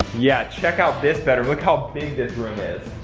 yeah, check out this bedroom. look how big this room is.